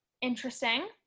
interesting